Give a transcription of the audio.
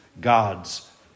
God's